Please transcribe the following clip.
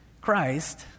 Christ